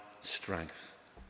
strength